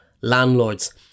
landlords